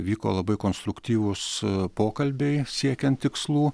vyko labai konstruktyvūs pokalbiai siekiant tikslų